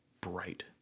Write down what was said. bright